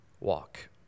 walk